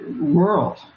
world